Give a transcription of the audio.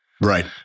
Right